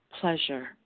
pleasure